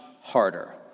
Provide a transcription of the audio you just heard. harder